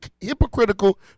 hypocritical